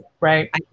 right